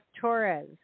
Torres